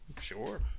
Sure